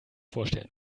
vorstellen